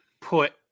put